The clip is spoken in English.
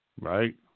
Right